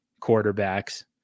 quarterbacks